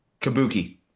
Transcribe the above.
Kabuki